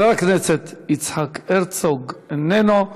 חבר הכנסת יצחק הרצוג, איננו.